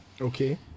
Okay